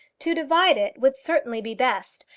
to divide it would certainly be best.